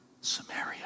Samaria